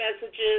messages